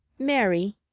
mary,